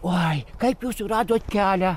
oi kaip jūs suradot kelią